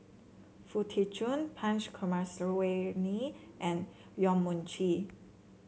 Foo Tee Jun Punch Coomaraswamy and Yong Mun Chee